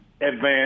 advance